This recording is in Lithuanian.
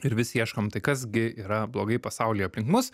ir vis ieškom tai kas gi yra blogai pasauly aplink mus